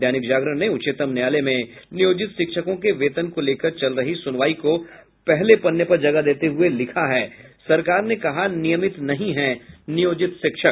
दैनिक जागरण ने उच्चतम न्यायालय में नियोजित शिक्षकों के वेतन को लेकर चल रही सुनवाई को पहले पन्ने पर जगह देते हुये लिखा है सरकार ने कहा नियमित नहीं है नियोजित शिक्षक